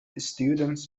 students